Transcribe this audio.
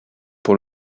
pour